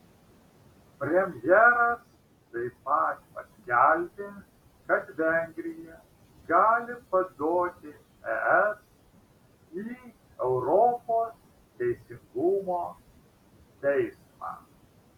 premjeras taip pat paskelbė kad vengrija gali paduoti es į europos teisingumo teismą